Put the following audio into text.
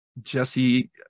Jesse